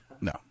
No